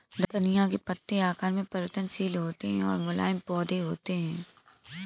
धनिया के पत्ते आकार में परिवर्तनशील होते हैं और मुलायम पौधे होते हैं